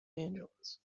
angeles